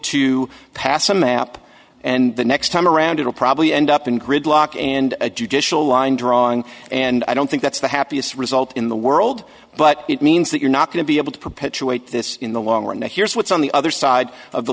to pass a map and the next time around it'll probably end up in gridlock and a judicial line drawing and i don't think that's the happiest result in the world but it means that you're not going to be able to perpetuate this in the long run and here's what's on the other side of the